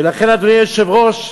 ולכן, אדוני היושב-ראש,